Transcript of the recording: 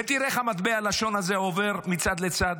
ותראה איך מטבע הלשון הזה עובר מצד לצד,